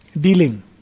dealing